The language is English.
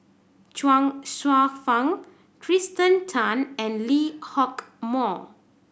Chuang Hsueh Fang Kirsten Tan and Lee Hock Moh